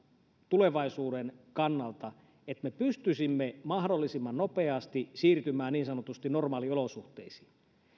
tulevaisuuden kannalta että me pystyisimme mahdollisimman nopeasti siirtymään niin sanotusti normaaliolosuhteisiin